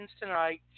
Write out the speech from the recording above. tonight